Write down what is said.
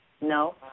No